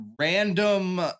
random